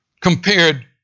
compared